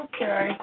Okay